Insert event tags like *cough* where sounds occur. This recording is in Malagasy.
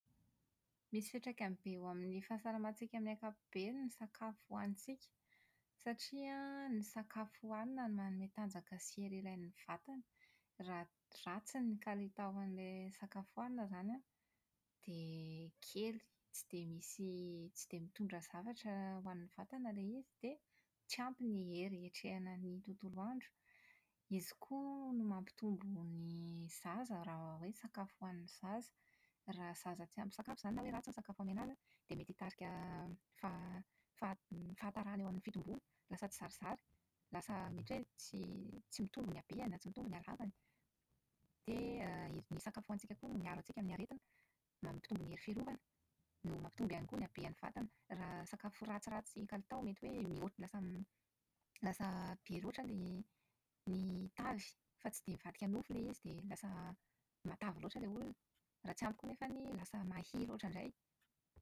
Misy fiantraikany be eo amin'ny fahasalamantsika amin'ny ankapobeny ny sakafo hohanintsika satria an ny sakafo hohanina no manome tanjaka sy hery ilain'ny vatana. Raha ratsy ny kalitaon'ilay sakafo hohanina izany an, dia kely tsy dia misy tsy dia mitondra zavatra ho an'ny vatana ilay izy dia tsy ampy ny hery hiatrehana ny tontolo andro. Izy koa no mampitombo ny zaza. Raha zaza tsy ampy sakafo izany na hoe ratsy ny sakafo omena azy an, dia mety hitarika *hesitation* > fah- faha- fahatarana eo amin'ny fitomboana, lasa tsy zarizary, lasa mety hoe tsy mitombo ny habeny na tsy mitombo ny halavany. Dia *hesitation* > ny sakafo hohanintsika ihany koa no miaro antsika amin'ny aretina, mampitombo ny hery fiarovana, no mampitombo ihany koa ny haben'ny vatana. raha sakafo ratsiratsy kalitao mety hoe mihoa- lasa *hesitation* > lasa be loatra ilay ny tavy fa tsy dia mivadika nofo ilay izy dia lasa matavy loatra ilay olona raha tsy ampy koa nefany lasa mahia loatra indray.